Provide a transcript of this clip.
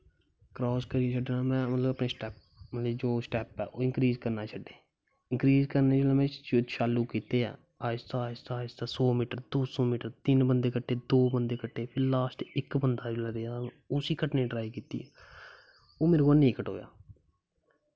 cross करियै छड्डनां में अपने स्टैप मतलब इंक्रीज़ करना छड्डे इंक्रीज़ करने में चाल्लू कीते ऐ आस्ता आस्ता सौ मीटर दो सौ मीटर तिन्न बंदे कट्टे दो बंदे कट्टे जिसलै इक बंदा रेहा उस्सी कट्टने दी ट्राई कीती ओह् मेरे कोला दा नेईं कटोआ